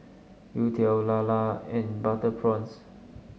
Youtiao Lala and Butter Prawns